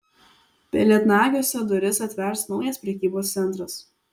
pelėdnagiuose duris atvers naujas prekybos centras